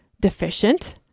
deficient